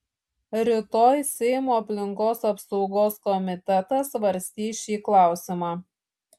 rytoj seimo aplinkos apsaugos komitetas svarstys šį klausimą